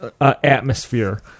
atmosphere